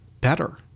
better